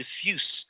diffuse